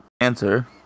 answer